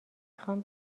خوام